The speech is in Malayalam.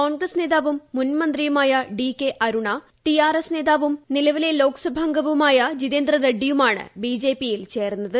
കോൺഗ്രസ് നേതാവും മുൻമന്ത്രിയുമായ D K Aruna T R S നേതാവും നിലവിലെ ലോകസഭാംഗവുമായ ജിതേന്ദർ റെഡ്സിയുമാണ് ബി ജെ പിയിൽ ചേർന്നത്